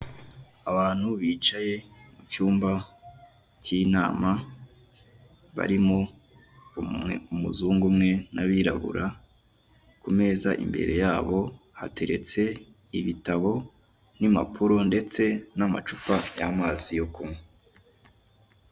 Abantu bicaye mu cyumba cy'inama barimo umuzungu umwe n'abirabura, ku meza imbere yabo hateretse ibitabo n'impapuro, ndetse n'amacupa y'amazi yo kunywa.